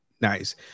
Nice